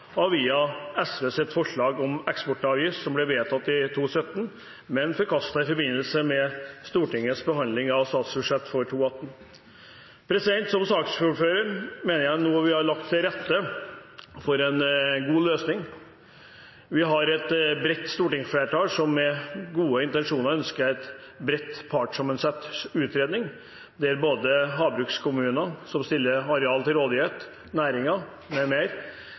forslag om eksportavgift, som ble vedtatt i 2017, men forkastet i forbindelse med Stortingets behandling av statsbudsjett for 2018. Som saksordfører mener jeg vi nå har lagt til rette for en god løsning. Vi har et bredt stortingsflertall som med gode intensjoner ønsker en bredt partssammensatt utredning, der både havbrukskommuner som stiller areal til rådighet, og næringen m.m., blir tatt inn i en slik utredning, med